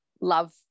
love